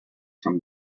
from